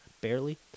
barely